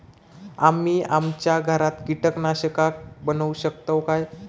आम्ही आमच्या घरात कीटकनाशका बनवू शकताव काय?